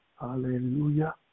Hallelujah